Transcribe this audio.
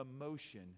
emotion